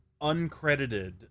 uncredited